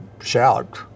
shout